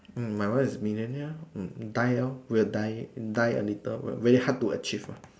mm my wife is millionaire loh mm die loh will die die a little very hard to achieve lah